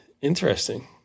Interesting